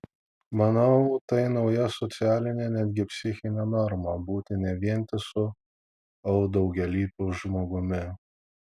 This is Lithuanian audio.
manau tai nauja socialinė netgi psichinė norma būti ne vientisu o daugialypiu žmogumi